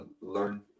learn